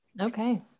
okay